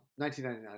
1999